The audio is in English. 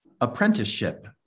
apprenticeship